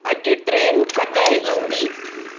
अॼु ट्रेन कॾहिं ईंदी